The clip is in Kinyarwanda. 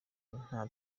nta